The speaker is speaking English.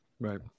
right